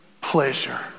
pleasure